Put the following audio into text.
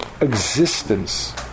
existence